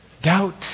Doubt